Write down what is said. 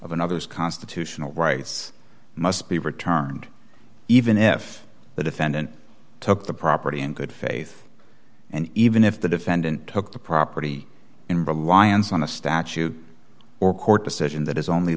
of another's constitutional rights must be returned even if the defendant took the property in good faith and even if the defendant took the property in reliance on a statute or court decision that is only